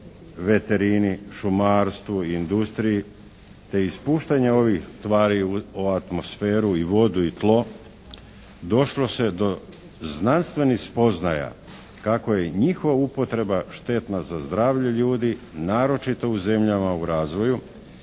veterini, šumarstvu i industriji, te ispuštanja ovih tvari u atmosferu i vodu i tlo došlo se do znanstvenih spoznaja kako je njihova upotreba štetna za zdravlje ljudi, naročito u zemljama u razvoju,